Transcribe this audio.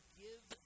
give